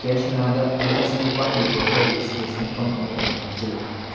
ꯌꯥꯏꯁꯅꯥꯗ ꯂꯨꯄꯥ ꯆꯅꯤꯄꯥꯜꯒꯤ ꯕ꯭ꯔꯣꯀꯔꯦꯁꯀꯤ ꯁꯦꯟꯐꯝ ꯑꯃ ꯑꯣꯏꯅ ꯍꯥꯞꯆꯤꯜꯂꯨ